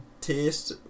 Taste